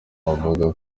avuga